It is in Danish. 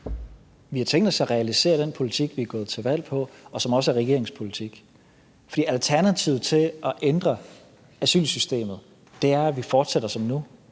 Vi har tænkt os at realisere den politik, vi er gået til valg på, og som også er regeringens politik. For alternativet til at ændre asylsystemet er, at vi fortsætter som nu